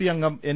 P അംഗം N